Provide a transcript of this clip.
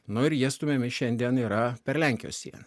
nu ir jie stumiami šiandien yra per lenkijos sieną